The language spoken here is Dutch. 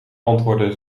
antwoorden